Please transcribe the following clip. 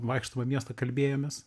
vaikštomą miestą kalbėjomės